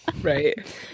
Right